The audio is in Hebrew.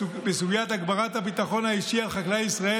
בסוגיית הגברת הביטחון האישי על חקלאי ישראל,